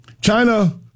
China